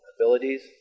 abilities